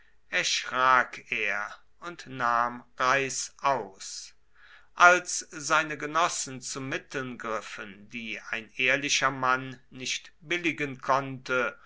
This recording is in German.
erschrak er und nahm reißaus als seine genossen zu mitteln griffen die ein ehrlicher mann nicht billigen konnte